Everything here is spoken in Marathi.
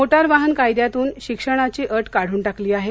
मोटार वाहन कायद्यातून शिक्षणाची अट काढून टाकली आहे